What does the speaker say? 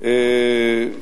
ו-200,000 דולר.